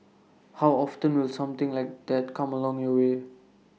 how often will something like that come along your way